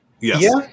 Yes